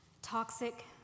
Toxic